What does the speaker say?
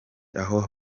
aho